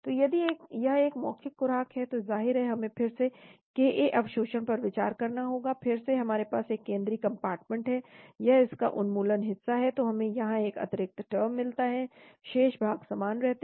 तो यदि यह एक मौखिक खुराक है तो जाहिर है हमें फिर से ka अवशोषण पर विचार करना होगा फिर से हमारे पास एक केंद्रीय कंपार्टमेंट है यह इसका उन्मूलन हिस्सा है तो हमें यहां एक अतिरिक्त टर्म मिलता है शेष भाग समान रहते हैं